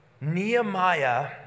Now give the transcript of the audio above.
Nehemiah